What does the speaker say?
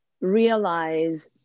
realize